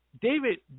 David